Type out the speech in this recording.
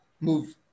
move